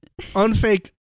Unfake